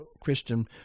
Christian